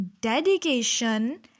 dedication